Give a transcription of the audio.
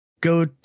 go